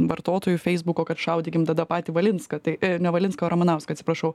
vartotojų feisbuko kad šaudykim tada patį valinską ne valinską o ramanauską atsiprašau